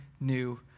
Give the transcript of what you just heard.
new